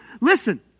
Listen